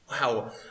Wow